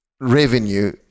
revenue